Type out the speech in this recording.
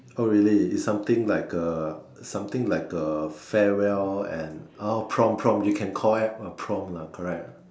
oh really is something like a something like a farewell and uh prom prom you can call that a prom lah correct